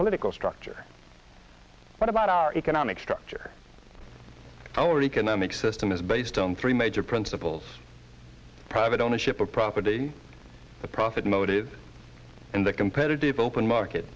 political structure what about our economic structure over economic system is based on three major principles private ownership of property the profit motive in the competitive open market